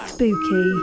Spooky